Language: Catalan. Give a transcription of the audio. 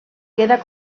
queda